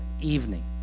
evening